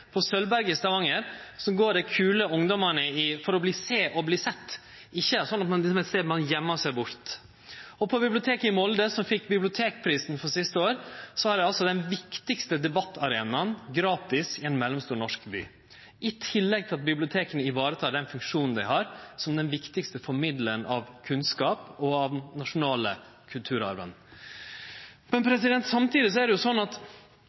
På Sølvberget i Stavanger går dei kule ungdommane for å sjå og bli sett. Det er ikkje ein stad ein gøymer seg bort. Og på biblioteket i Molde, som fekk bibliotekprisen sist år, har dei den viktigaste debattarenaen, gratis, i ein mellomstor norsk by. I tillegg tek biblioteka vare på den funksjonen dei har som den viktigaste formidlaren av kunnskap og av den nasjonale kulturarven. Samtidig er inntrykket mitt – etter å ha besøkt mange av dei – at er det